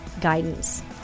guidance